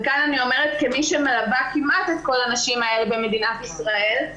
וכאן אני אומרת כמי שמלווה כמעט את כל הנשים האלה במדינת ישראל,